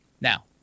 Now